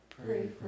pray